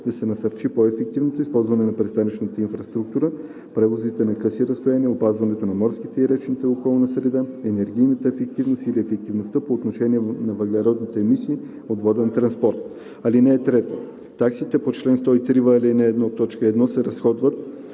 да се насърчи по-ефективното използване на пристанищната инфраструктура, превозите на къси разстояния, опазването на морската и речната околна среда, енергийната ефективност или ефективността по отношение на въглеродните емисии от водния транспорт. (3) Таксите по чл. 103в, ал. 1, т. 1 се разходват